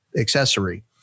accessory